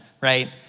right